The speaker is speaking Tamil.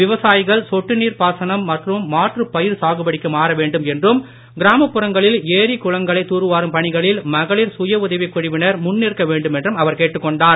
விவசாயிகள் சொட்டுநீர் பாசனம் மற்றும் மாற்றுப் பயிர் சாகுபடிக்கு மாறவேண்டும் என்றும் கிராமப்புறங்களில் ஏரி குளங்களை தூர்வாரும் பணிகளில் மகளிர் சுயடதவிக் குழுவினர் அவர் கேட்டுக்கொண்டார்